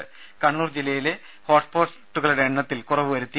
രുമ കണ്ണൂർ ജില്ലയിലെ ഹോട്ട് സ്പോട്ടുകളുടെ എണ്ണത്തിൽ കുറവു വരുത്തി